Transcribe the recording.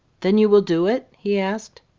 then you will do it? he asked.